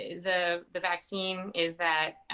the the vaccine is that, um,